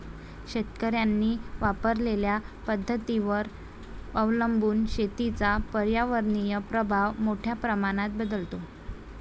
शेतकऱ्यांनी वापरलेल्या पद्धतींवर अवलंबून शेतीचा पर्यावरणीय प्रभाव मोठ्या प्रमाणात बदलतो